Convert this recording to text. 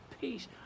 peace